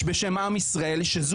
"(4)